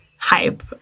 hype